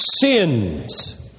sins